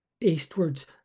eastwards